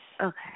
Okay